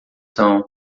são